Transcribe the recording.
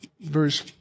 verse